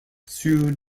sued